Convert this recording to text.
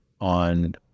on